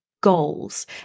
goals